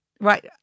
Right